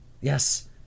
Yes